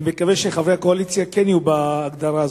אני מקווה שחברי הקואליציה כן יהיו בהגדרה הזאת,